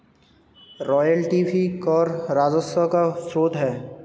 royalty भी कर राजस्व का स्रोत है